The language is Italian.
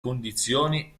condizioni